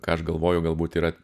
ką aš galvoju galbūt yra